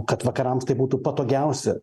kad vakarams tai būtų patogiausia